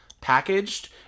packaged